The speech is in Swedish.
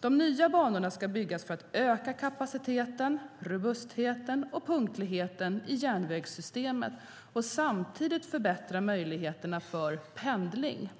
De nya banorna ska byggas för att öka kapaciteten, robustheten och punktligheten i järnvägssystemet och samtidigt förbättra möjligheterna till pendling.